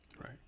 right